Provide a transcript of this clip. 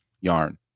yarn